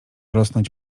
rosnąć